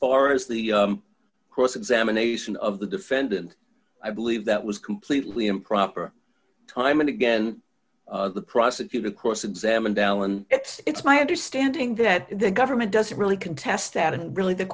far as the cross examination of the defendant i believe that was completely improper time and again the prosecutor cross examined dalen it it's my understanding that the government doesn't really contest that and really the